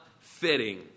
fitting